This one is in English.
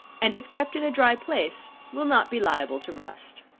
and if kept in a dry place will not be liable to rust.